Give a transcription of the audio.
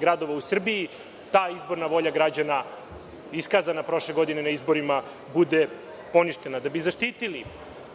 gradovima u Srbiji ta izborna volja građana iskazana prošle godine na izborima, bude poništena. Da bi zaštitili